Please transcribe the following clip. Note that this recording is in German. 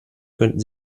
könnten